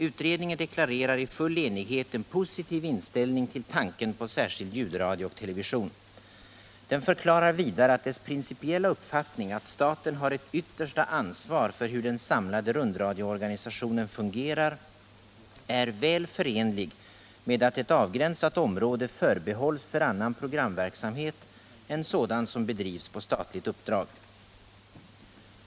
Utredningen deklarerar i full enighet en positiv inställning till tanken på särskild ljudradio och television. Den förklarar vidare att dess principiella uppfattning att staten har ett yttersta ansvar för hur den samlade rundradioorganisationen fungerar är väl förenlig med att ett avgränsat område förbehålls för annan programverksamhet än sådan som bedrivs på statligt uppdrag.